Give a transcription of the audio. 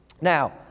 Now